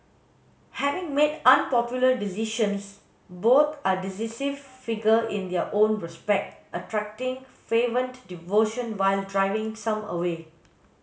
having made unpopular decisions both are divisive figure in their own respect attracting fervent devotion while driving some away